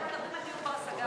אנחנו מדברים על דיור בר-השגה.